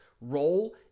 role